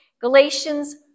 Galatians